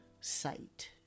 sight